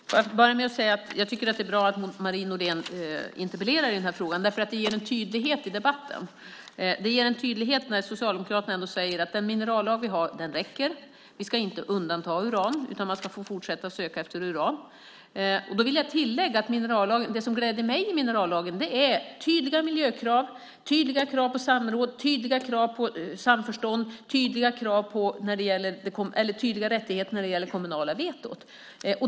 Fru talman! Låt mig börja med att säga att jag tycker att det är bra att Marie Nordén interpellerar i den här frågan. Det ger en tydlighet i debatten. Det ger en tydlighet när Socialdemokraterna ändå säger att den minerallag vi har räcker och att vi inte ska undanta uran, utan att man ska få fortsätta att söka efter uran. Det som gläder mig i minerallagen är tydliga miljökrav, tydliga krav på samråd, tydliga krav på samförstånd och tydliga rättigheter när det gäller det kommunala vetot.